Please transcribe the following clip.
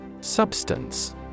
Substance